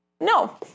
No